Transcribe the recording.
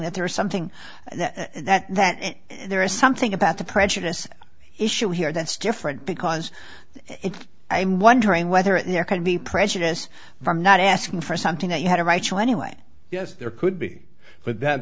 that there is something that that there is something about the prejudice issue here that's different because it's i'm wondering whether there can be prejudice from not asking for something that you had a right to anyway yes there could be but th